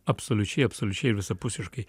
absoliučiai absoliučiai ir visapusiškai